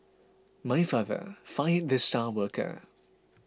my father fired the star worker